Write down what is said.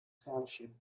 township